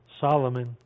Solomon